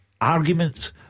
arguments